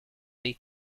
dei